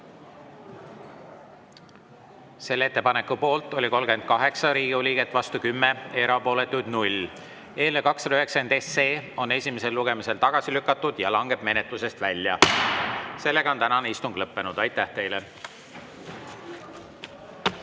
Selle ettepaneku poolt oli 38 Riigikogu liiget, vastu 10, erapooletuid 0. Eelnõu 290 on esimesel lugemisel tagasi lükatud ja langeb menetlusest välja. Tänane istung on lõppenud. Aitäh teile!